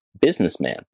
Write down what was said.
businessman